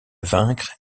vaincre